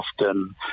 often